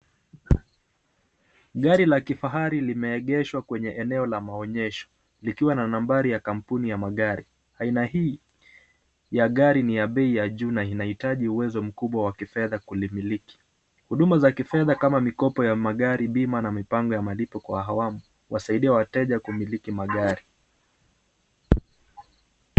Gari la kifahari limeegeshwa kwenye eneo la maonyesho likiwa na nambari ya kampuni ya magari. Aina hii ya gari ni ya bei ya juu na inaitaji uwezo mkubwa wa kifedha kulimiliki. Huduma za kifedha kama mikopo ya magari, bima na mipango ya malipo kwa hawamu huwasaidia wateja kumiliki magari.